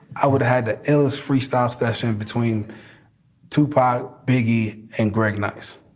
i would've had to illest freestyle session between two pi, biggie and greg nice.